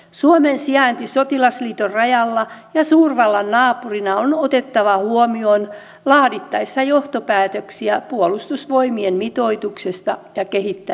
suomen sijainti sotilasliiton rajalla ja suurvallan naapurina on otettava huomioon laadittaessa johtopäätöksiä puolustusvoimien mitoituksesta ja kehittämisestä